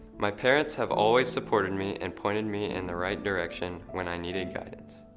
my parents have always supported me and pointed me in the right direction when i needed guidance.